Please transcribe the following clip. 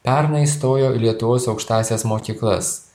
pernai įstojo į lietuvos aukštąsias mokyklas